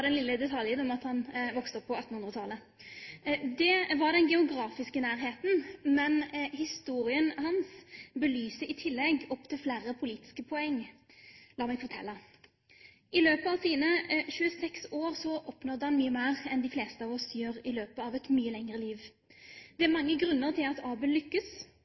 den lille detaljen at han vokste opp på 1800-tallet. Det var den geografiske nærheten. Men historien hans belyser i tillegg opptil flere politiske poeng. La meg fortelle: I løpet av sine 26 år oppnådde han mye mer enn de fleste av oss gjør i løpet av et mye lengre liv. Det er mange grunner til at Abel